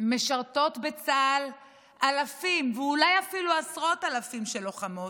משרתות בצה"ל אלפים ואולי אפילו עשרות אלפים של לוחמות,